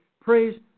praise